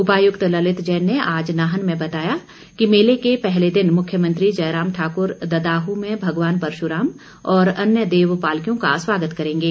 उपायुक्त ललित जैन ने आज नाहन में बताया कि मेले के पहले दिन मुख्यमंत्री जयराम ठाकुर ददाहू में भगवान परशुराम और अन्य देव पालकियों का स्वागत करेंगे